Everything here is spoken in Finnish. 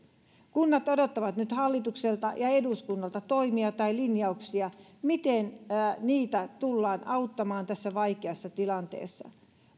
kunnat odottavat nyt hallitukselta ja eduskunnalta toimia tai linjauksia miten niitä tullaan auttamaan tässä vaikeassa tilanteessa